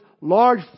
large